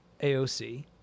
AOC